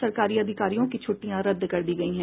सरकारी अधिकारियों की छुट्टियां रद्द कर दी गयी हैं